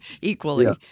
equally